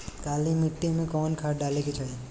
काली मिट्टी में कवन खाद डाले के चाही?